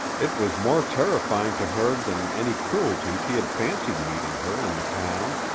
it was more terrifying to her than any cruelty she had fancied meeting her in the town.